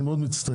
אני מאוד מצטער,